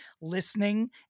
listening